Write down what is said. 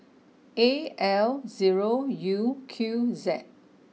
A L zero U Q Z